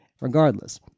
Regardless